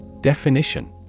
Definition